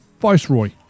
Viceroy